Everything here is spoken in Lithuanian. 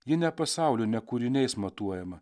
ji ne pasauliu ne kūriniais matuojama